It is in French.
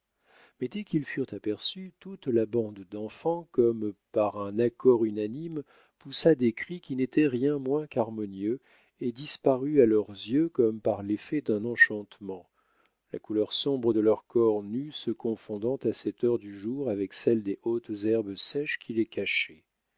mais dès qu'ils furent aperçus toute la bande d'enfants comme par un accord unanime poussa des cris qui n'étaient rien moins qu'harmonieux et disparut à leurs yeux comme par l'effet d'un enchantement la couleur sombre de leurs corps nus se confondant à cette heure du jour avec celle des hautes herbes sèches qui les cachaient